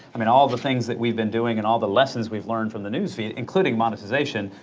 i mean, all the things that we've been doing, and all the lessons we've learned from the news feed, including monetization,